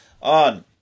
on